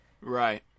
Right